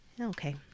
Okay